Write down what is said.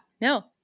no